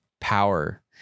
power